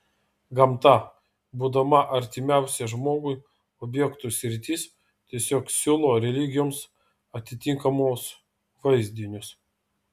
gamta būdama artimiausia žmogui objektų sritis tiesiog siūlo religijoms atitinkamus vaizdinius